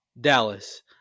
Dallas